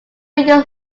your